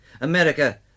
America